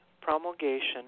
promulgation